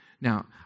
Now